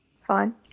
Fine